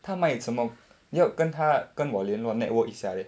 她卖这么要跟她跟我联络 network 一下 leh